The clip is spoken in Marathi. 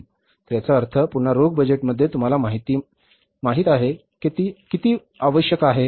तर याचा अर्थ पुन्हा रोख बजेटमध्ये तुम्हाला माहित आहे किती आवश्यक आहे